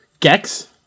Gex